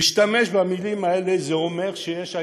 להשתמש במילים האלה זה אומר שיש היום,